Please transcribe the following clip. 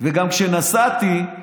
וגם כשנסעתי,